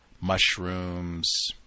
mushrooms